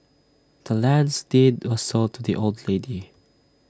the land's deed was sold to the old lady